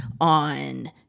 on